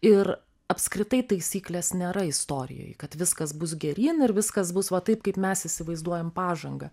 ir apskritai taisyklės nėra istorijoj kad viskas bus geryn ir viskas bus va taip kaip mes įsivaizduojam pažangą